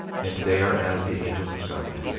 and they are as the angels of god,